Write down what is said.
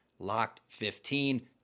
LOCKED15